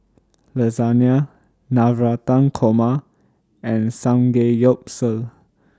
Lasagna Navratan Korma and Samgeyopsal